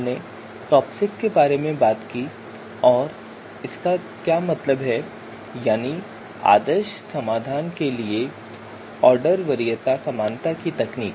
हमने टॉपसिस के बारे में बात की और इसका क्या मतलब है यानी आदर्श समाधान के लिए ऑर्डर वरीयता समानता की तकनीक